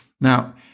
Now